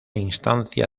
instancia